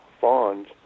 fawns